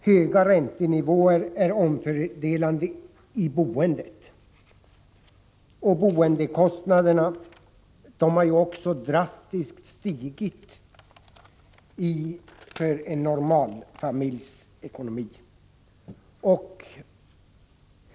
Höga räntenivåer är omfördelande i boendet. Boendekostnaderna har ju också drastiskt stigit i en normalfamiljs ekonomi.